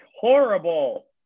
horrible